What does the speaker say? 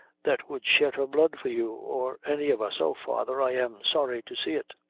that would shed her blood for you or any of us. oh! father, i am sorry to see it.